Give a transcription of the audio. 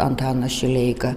antanas šileika